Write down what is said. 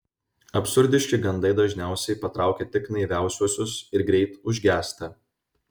absurdiški gandai dažniausiai patraukia tik naiviausiuosius ir greit užgęsta